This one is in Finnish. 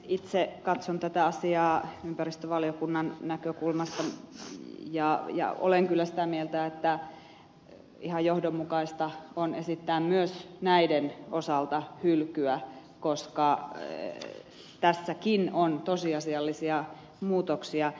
itse katson tätä asiaa ympäristövaliokunnan näkökulmasta ja olen kyllä sitä mieltä että ihan johdonmukaista on esittää myös näiden osalta hylkyä koska tässäkin on tosiasiallisia muutoksia